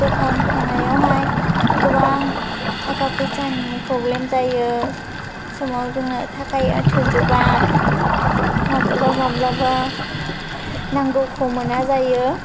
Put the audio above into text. दखान होनायावहाय गोबां थाखा फैसानि प्रब्लेम जायो समाव जोङो थाखाया थोजोबा माब्लाबा माब्लाबा नांगौखौ मोना जायो